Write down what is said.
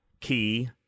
Key